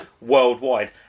worldwide